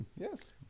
yes